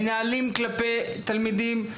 מנהלים כלפי תלמידים,